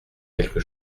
quelque